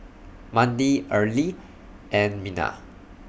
Mandi Earlie and Minna